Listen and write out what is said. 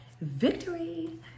victory